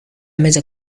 meza